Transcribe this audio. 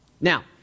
Now